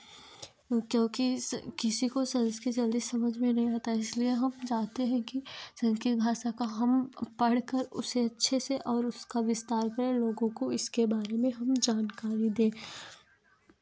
क्योंकि श किसी को संस्कृत जल्दी समझ में नहीं आता है इसलिए हम चाहते हैं कि संस्कृत भाषा को हम पढ़कर उसे अच्छे से और उसका विस्तार कर लोगों को इसके बारे में हम जानकारी दे